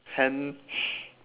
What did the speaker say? hen~